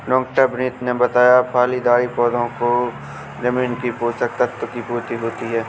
डॉ विनीत ने बताया फलीदार पौधों से जमीन के पोशक तत्व की पूर्ति होती है